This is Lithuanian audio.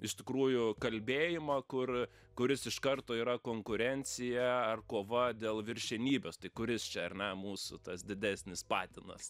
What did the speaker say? iš tikrųjų kalbėjimą kur kuris iš karto yra konkurencija ar kova dėl viršenybės tai kuris čia ar ne mūsų tas didesnis patinas